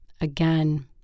Again